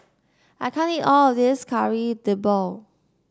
I can't eat all of this Kari Debal